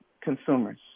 consumers